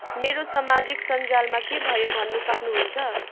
मेरो सामाजिक सञ्जालमा के भयो भन्न सक्नुहुन्छ